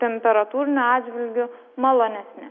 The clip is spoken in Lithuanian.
temperatūriniu atžvilgiu malonesnė